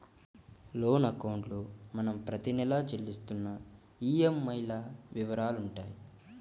loan అకౌంట్లో మనం ప్రతి నెలా చెల్లిస్తున్న ఈఎంఐల వివరాలుంటాయి